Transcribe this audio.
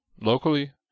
locally